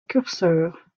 curseur